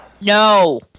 No